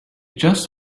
just